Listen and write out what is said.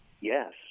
yes